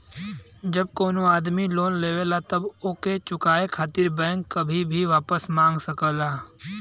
जब कउनो आदमी लोन लेवला तब ओके चुकाये खातिर बैंक कभी भी वापस मांग सकला